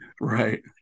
Right